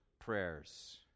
prayers